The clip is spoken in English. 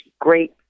great